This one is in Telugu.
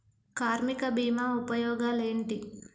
కార్మిక బీమా ఉపయోగాలేంటి?